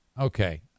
Okay